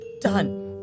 done